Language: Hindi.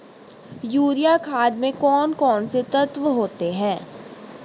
यूरिया खाद में कौन कौन से तत्व होते हैं?